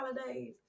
holidays